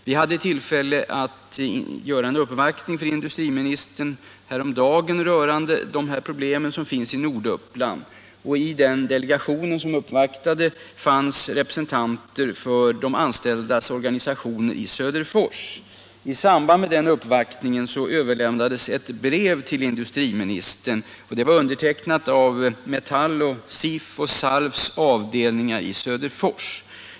Vi hade häromdagen tillfälle att göra en uppvaktning för industriministern rörande problemen i norra Uppland, och i den uppvaktande delegationen fanns då med representanter för de anställdas organisationer i Söderfors. Vid den uppvaktningen överlämnades ett brev till industriministern, undertecknat av Metalls, SIF:s och SALF:s avdelningar i Söderfors.